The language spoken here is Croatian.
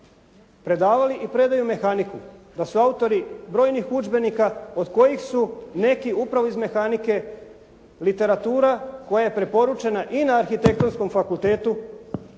predavali i predaju mehaniku, da su autori brojnih udžbenika od kojih su neki upravo iz mehanike literatura koja je preporučena i na arhitektonskom fakultetu